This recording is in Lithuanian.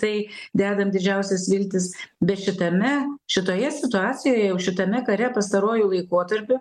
tai dedam didžiausias viltis bet šitame šitoje situacijoje jau šitame kare pastaruoju laikotarpiu